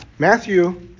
Matthew